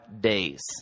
days